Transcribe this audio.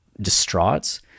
distraught